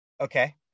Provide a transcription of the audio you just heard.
Okay